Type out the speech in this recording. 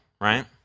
right